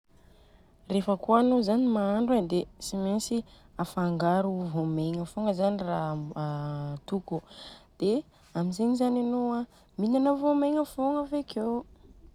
Rehefa kôa zany anô zany mahandro e dia tsy mentsy afangaro vômegna fogna zany i ra atoko, dia amzegny zany anô a mihinana vômegna fogna avekeo.